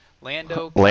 Lando